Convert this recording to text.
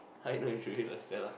how you know you truly love Stella